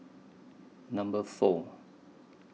Number four